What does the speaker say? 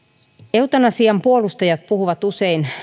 eutanasian puolustajat puhuvat usein